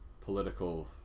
political